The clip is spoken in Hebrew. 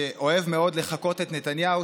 שאוהב מאוד לחקות את נתניהו,